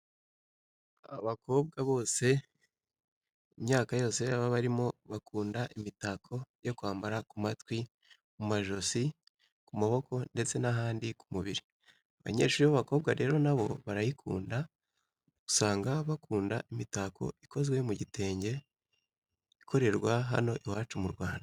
Abakobwa bose imyaka yose baba barimo bakunda imitako yo kwambara ku matwi, mu majosi, ku maboko ndetse n'ahandi ku mubiri. Abanyeshuri b'abakobwa rero na bo barayikunda, usanga bakunda imitako ikozwe mu gitenge ikorerwa hano iwacu mu Rwanda.